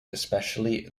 especially